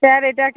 sir এটাকে